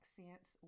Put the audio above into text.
Accents